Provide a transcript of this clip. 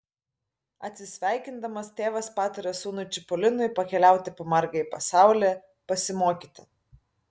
atsisveikindamas tėvas pataria sūnui čipolinui pakeliauti po margąjį pasaulį pasimokyti